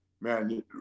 man